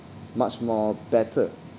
much more better